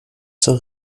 zur